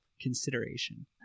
consideration